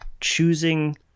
choosing